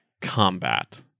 combat